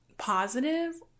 positive